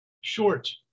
short